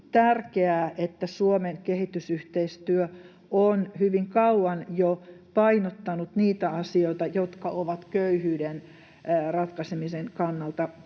tärkeää, että Suomen kehitysyhteistyö on jo hyvin kauan painottanut niitä asioita, jotka ovat köyhyyden ratkaisemisen kannalta